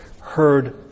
heard